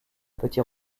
petit